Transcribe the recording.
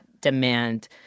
demand